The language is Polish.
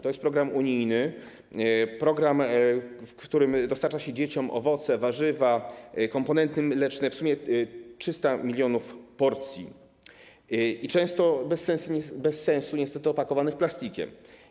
To jest program unijny, program, w którym dostarcza się dzieciom owoce, warzywa, komponenty mleczne, w sumie 300 mln porcji, i często bez sensu niestety opakowane plastikiem.